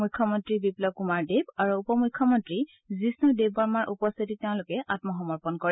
মুখ্যমন্ত্ৰী বিপ্লৱ কুমাৰ দেৱ আৰু উপ মুখ্যমন্ত্ৰী জিষ্ণু দেৱবৰ্মাৰ উপস্থিতিত তেওঁলোকে আমসমৰ্পন কৰে